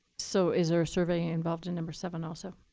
so is there a survey involved in number seven also,